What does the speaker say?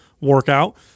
workout